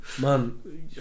man